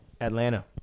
Atlanta